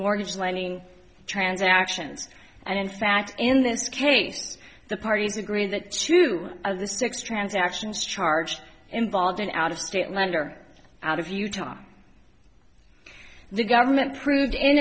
mortgage lending transactions and in fact in this case the parties agree that true of the six transactions charge involved and out of state lender out of utah the government proved in